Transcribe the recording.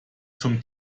zum